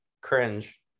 Cringe